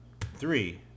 three